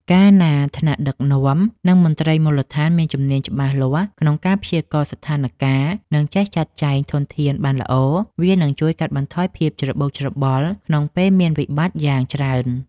កាលណាថ្នាក់ដឹកនាំ និងមន្ត្រីមូលដ្ឋានមានជំនាញច្បាស់លាស់ក្នុងការព្យាករណ៍ស្ថានការណ៍ និងចេះចាត់ចែងធនធានបានល្អ វានឹងជួយកាត់បន្ថយភាពច្របូកច្របល់ក្នុងពេលមានវិបត្តិបានយ៉ាងច្រើន។